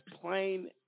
plain